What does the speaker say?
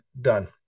Done